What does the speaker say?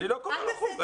אני לא קורא לו חוג.